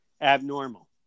abnormal